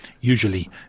usually